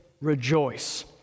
rejoice